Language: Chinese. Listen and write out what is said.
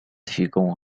提供